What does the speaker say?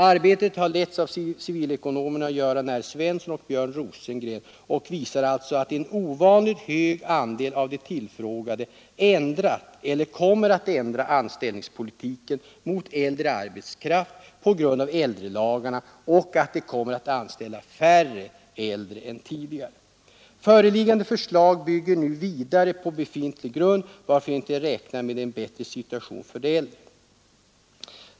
Arbetet har letts av civilekonomerna Göran R. Svensson och Björn Rosengren och visar alltså att en ovanligt hög andel av de tillfrågade har ändrat eller kommer att ändra anställningspolitiken gentemot äldre arbetskraft på grund av äldrelagarna och att de kommer att anställa färre äldre än tidigare. Föreliggande förslag bygger nu vidare på befintlig grund, varför jag inte räknar med en bättre situation för de äldre.